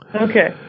Okay